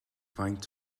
faint